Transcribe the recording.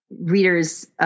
readers